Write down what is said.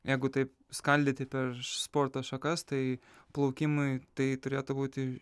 jeigu taip skaldyti per sporto šakas tai plaukimui tai turėtų būti